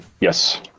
Yes